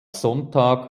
sonntag